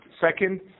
second